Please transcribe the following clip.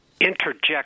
interject